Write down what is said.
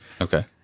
okay